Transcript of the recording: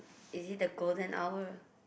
is it the golden hour